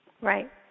Right